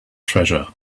treasure